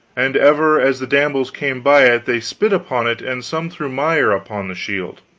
and ever as the damsels came by it they spit upon it, and some threw mire upon the shield